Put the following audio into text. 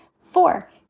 Four